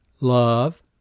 love